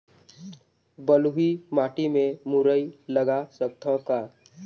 बलुही माटी मे मुरई लगा सकथव का?